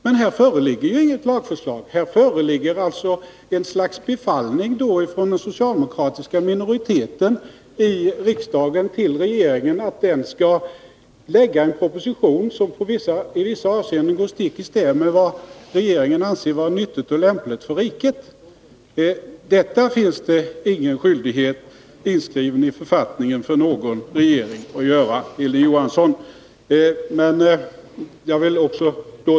Men här föreligger inget lagförslag. Här föreligger ett slags befallning från den socialdemokratiska minoriteten i riksdagen till regeringen att denna skall lägga fram en proposition som i vissa avseenden går stick i stäv med vad regeringen anser vara nyttigt och lämpligt för riket. I författningen finns det inte inskrivet någon skyldighet för regeringen att göra detta, Hilding Johansson.